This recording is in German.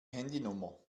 handynummer